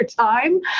time